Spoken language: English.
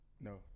No